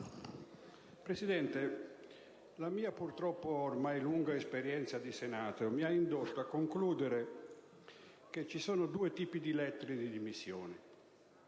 Presidente, la mia purtroppo ormai lunga esperienza di Senato mi ha indotto a concludere che ci sono due tipi di lettere di dimissioni.